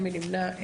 מי נמנע?